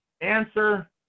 Answer